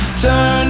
Turn